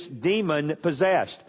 demon-possessed